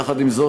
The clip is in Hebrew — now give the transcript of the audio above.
עם זאת,